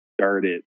started